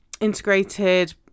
integrated